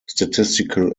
statistical